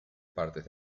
partes